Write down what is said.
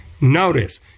Notice